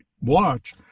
watch